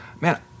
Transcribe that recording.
man